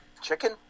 chicken